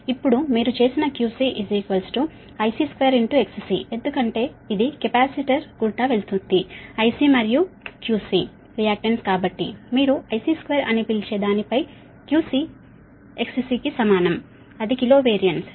ఇప్పుడు మీరు చేసిన QC IC2XC ఎందుకంటే ఇది కెపాసిటర్ గుండా వెళుతున్నది IC మరియు XC రియాక్టెన్స్ కాబట్టి మీరు IC2 అని పిలిచే దానిపై XC QCకి సమానం అది కిలో VAR